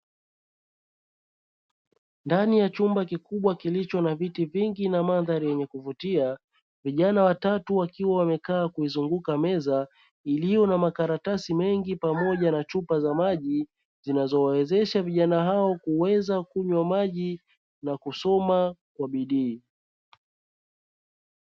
Ndani ya chumba kikubwa kilicho na viti vingi na mandhari ya kuvutia, vijana watatu wakiwa wamekaa kuizunguka meza iliyo na makaratasi mengi pamoja na chupa za maji, zinazowawezesha vijana hao kunywa maji na kuweza kusoma kwa bidii.